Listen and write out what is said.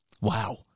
Wow